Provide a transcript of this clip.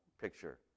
picture